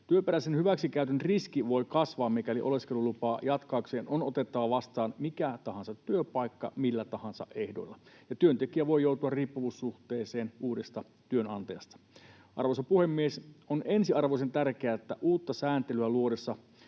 Työperäisen hyväksikäytön riski voi kasvaa, mikäli oleskelulupaa jatkaakseen on otettava vastaan mikä tahansa työpaikka millä tahansa ehdoilla, ja työntekijä voi joutua riippuvuussuhteeseen uudesta työnantajasta. Arvoisa puhemies! On ensiarvoisen tärkeää, että uutta sääntelyä luodessa